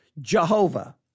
Jehovah